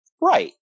Right